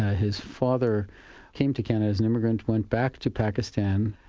his father came to canada as an immigrant, went back to pakistan,